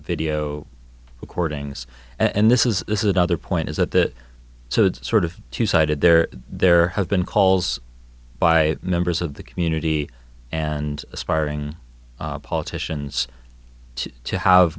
video recordings and this is this is another point is that so it's sort of two sided there there have been calls by members of the community and aspiring politicians to have